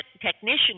technician